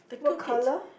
the cool kids